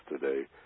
today